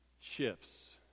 shifts